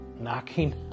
knocking